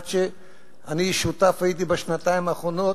עד שאני הייתי שותף בשנתיים האחרונות,